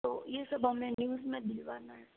तो ये सब हमें न्यूज में दिलवाना है